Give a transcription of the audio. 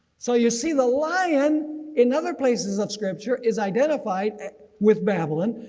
so you see the lion in other places of scripture is identified with babylon,